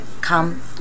come